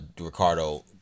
Ricardo